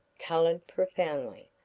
colored profoundly,